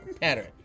pattern